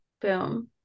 boom